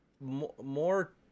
more